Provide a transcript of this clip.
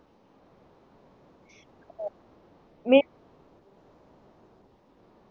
means